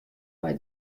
mei